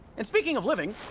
and speaking of living.